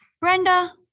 Brenda